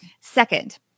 Second